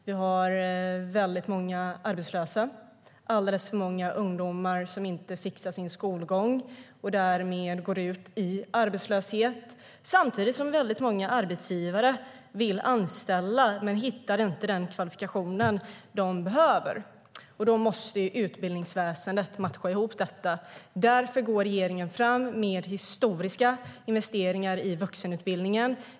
Vi har väldigt många arbetslösa, alldeles för många ungdomar som inte fixar sin skolgång och därmed går ut i arbetslöshet, samtidigt som väldigt många arbetsgivare vill anställa men inte hittar den kvalifikation de behöver. Då måste utbildningsväsendet matcha ihop detta. Därför går regeringen fram med historiska investeringar i vuxenutbildningen.